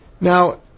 Now